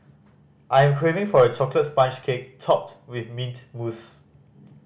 I am craving for a chocolate sponge cake topped with mint mousse